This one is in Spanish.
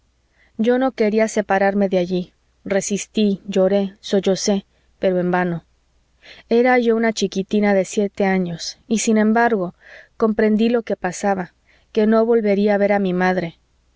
yo no quería separarme de allí resistí lloré sollocé pero en vano era yo una chiquitina de siete años y sin embargo comprendí lo que pasaba que no volvería a ver a mi madre